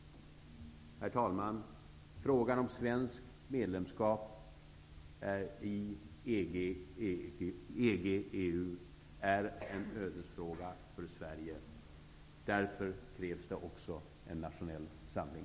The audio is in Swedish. Herr talman! Frågan om svenskt medlemskap i EG/EU är en ödesfråga för Sverige. Därför krävs det också en nationell samling.